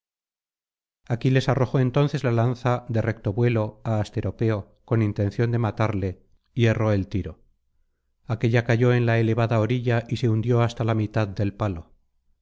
carne aquiles arrojó entonces la lanza de recto vuelo á asteropeo con intención de matarle y erró el tiro aquélla cayó en la elevada orilla y se hundió hasta la mitad del palo